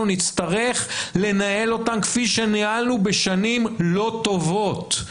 נצטרך לנהל אותם כפי שניהלנו בשנים לא טובות,